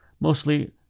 mostly